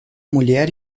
mulher